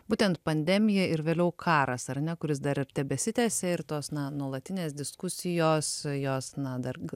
būtent pandemija ir vėliau karas ar ne kuris dar tebesitęsia ir tos na nuolatinės diskusijos jos na dar